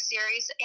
Series